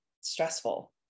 stressful